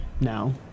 now